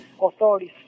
authorities